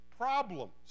problems